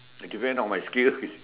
it depend on my skill you see